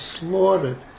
slaughtered